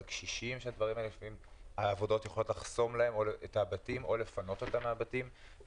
על קשישים שהעבודות יכולות לחסום להם את הבתים או לפנות אותם מהבתים.